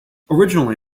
originally